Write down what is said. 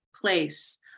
place